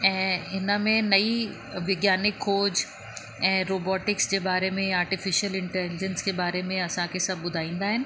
ऐं हिन में नई विज्ञानिक खोज ऐं रोबोटिक्स जे बारे में आर्टिफ़िशल इंटलीजंस के बारे में असांखे सभु ॿुधाईंदा आहिनि